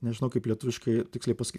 nežinau kaip lietuviškai tiksliai pasakyt